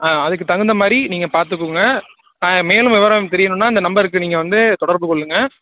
ஆ அதுக்கு தகுந்த மாதிரி நீங்கள் பார்த்துக்குங்க மேலும் விபரம் தெரியணுன்னால் இந்த நம்பருக்கு நீங்கள் வந்து தொடர்புக் கொள்ளுங்கள்